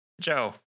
Joe